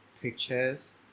pictures